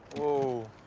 whoa,